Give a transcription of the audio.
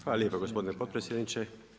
Hvala lijepa gospodine potpredsjedniče.